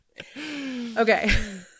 okay